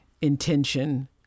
intention